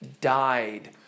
died